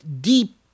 deep